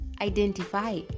Identify